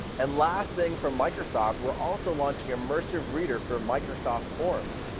and last thing from microsoft, we are also launching immersive reader for microsoft forms.